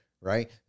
right